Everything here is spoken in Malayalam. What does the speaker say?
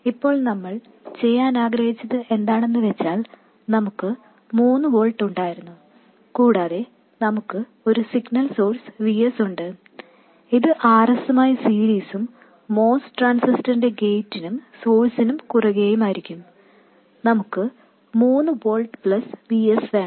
ഇപ്പോൾ നമ്മൾ ചെയ്യാൻ ആഗ്രഹിച്ചത് എന്താണെന്ന് വെച്ചാൽ നമുക്ക് 3 വോൾട്ട് ഉണ്ടായിരുന്നു കൂടാതെ നമുക്ക് ഒരു സിഗ്നൽ സോഴ്സ് Vs ഉണ്ട് ഇത് Rs മായി സീരീസും MOS ട്രാൻസിസ്റ്ററിന്റെ ഗേറ്റിനും സോഴ്സിനും കുറുകേയുമായിരിക്കും നമുക്ക് 3 വോൾട്ട് പ്ലസ് Vs വേണം